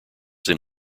then